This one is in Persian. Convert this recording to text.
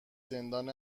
زندان